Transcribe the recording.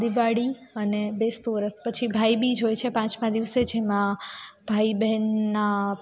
દિવાળી અને બેસતું વરસ પછી ભાઈબીજ હોય છે પાંચમા દિવસે જેમાં ભાઈ બહેનના